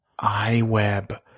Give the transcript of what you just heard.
iWeb